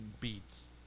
Beats